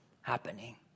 happening